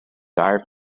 dire